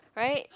right